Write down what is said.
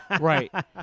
Right